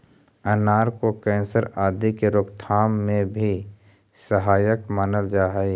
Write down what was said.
अनार को कैंसर आदि के रोकथाम में भी सहायक मानल जा हई